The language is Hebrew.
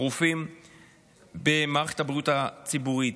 רופאים במערכת הבריאות הציבורית.